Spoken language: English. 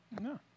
No